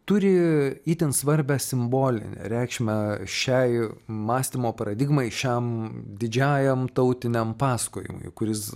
turi itin svarbią simbolinę reikšmę šiai mąstymo paradigmai šiam didžiajam tautiniam pasakojimui kuris